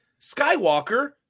Skywalker